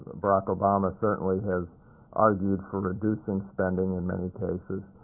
barack obama certainly has argued for reducing spending in many cases.